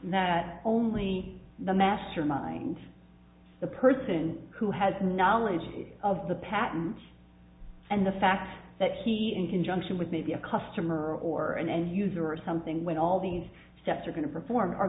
that only the master mind the person who has knowledge of the patents and the fact that he in conjunction with maybe a customer or an end user or something when all these steps are going to perform